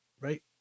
right